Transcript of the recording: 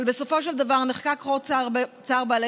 אבל בסופו של דבר נחקק חוק צער בעלי